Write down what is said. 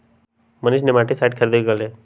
Manish nematicide खरीदे गय लय